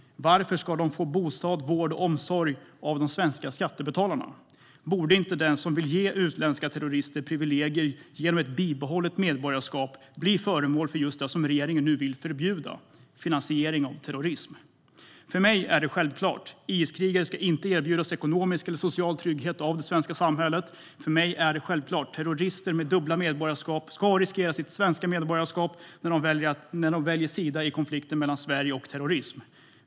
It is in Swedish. Varför ska denna person få bostad, vård och omsorg av de svenska skattebetalarna? Borde inte den som vill ge utländska terrorister privilegier genom ett bibehållet medborgarskap bli föremål för straff för just det som regeringen nu vill förbjuda, nämligen finansiering av terrorism. För mig är det självklart: IS-krigare ska inte erbjudas ekonomisk eller social trygghet av det svenska samhället. För mig är det självklart att en terrorist med dubbla medborgarskap ska riskera sitt svenska medborgarskap när denne väljer sida i konflikten, det vill säga mellan Sverige och terrorism.